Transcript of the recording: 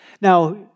Now